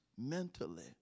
mentally